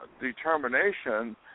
determination